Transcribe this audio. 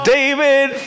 David